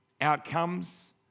outcomes